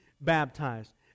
baptized